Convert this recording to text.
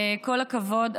כל הכבוד.